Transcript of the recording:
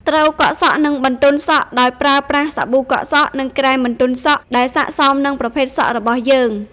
ត្រូវកក់សក់ និងបន្ទន់សក់ដោយប្រើប្រាស់សាប៊ូកក់សក់ និងក្រែមបន្ទន់សក់ដែលសាកសមនឹងប្រភេទសក់របស់យើង ។